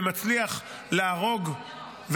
ומצליח להרוג,